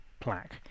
plaque